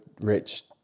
rich